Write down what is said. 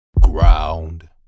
ground